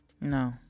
No